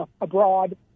abroad